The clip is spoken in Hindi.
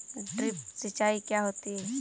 ड्रिप सिंचाई क्या होती हैं?